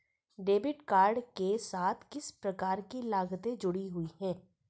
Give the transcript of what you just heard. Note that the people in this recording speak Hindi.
डेबिट कार्ड के साथ किस प्रकार की लागतें जुड़ी हुई हैं?